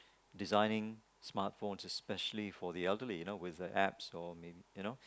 designing smart phones especially for the elderly you know with the apps or maybe you know